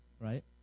right